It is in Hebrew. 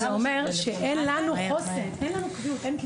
קביעות זה אומר שאין לנו חוסן, אין לנו קביעות.